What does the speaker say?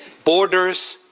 borders,